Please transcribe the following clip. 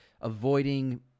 avoiding